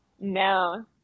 No